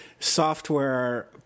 Software